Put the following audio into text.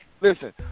Listen